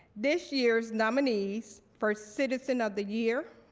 this year's nominees for citizen of the year,